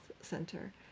center